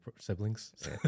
siblings